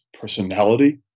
personality